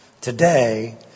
today